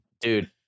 Dude